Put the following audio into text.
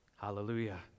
Hallelujah